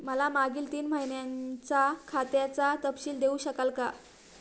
मला मागील तीन महिन्यांचा खात्याचा तपशील देऊ शकाल का?